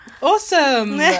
Awesome